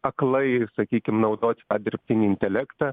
aklai sakykim naudot dirbtinį intelektą